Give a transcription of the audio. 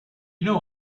know